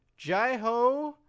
Jaiho